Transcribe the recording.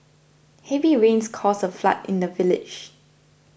heavy rains caused a flood in the village